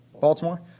Baltimore